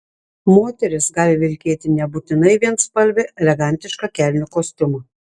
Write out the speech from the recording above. moteris gali vilkėti nebūtinai vienspalvį elegantišką kelnių kostiumą